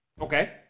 Okay